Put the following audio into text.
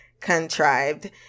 contrived